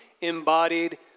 embodied